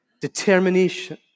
Determination